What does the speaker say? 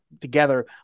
together